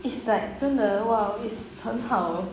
is like 真的 !wow! it's like 很好